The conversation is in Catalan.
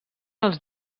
els